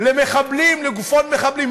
לגופות מחבלים,